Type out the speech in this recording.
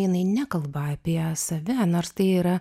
jinai nekalba apie save nors tai yra